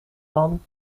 man